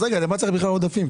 אז למה צריך בכלל עודפים?